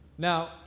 Now